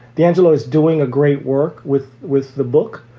the angello is doing a great work with with the book.